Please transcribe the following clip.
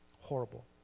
Horrible